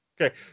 Okay